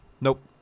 Nope